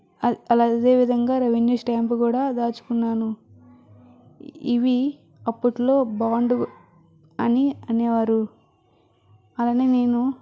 అలా అదే విధంగా రెవెన్యూ స్టాంప్ కూడా దాచుకున్నాను ఇవి అప్పట్లో బాండ్ అని అనేవారు అలానే నేను